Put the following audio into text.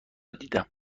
دیدم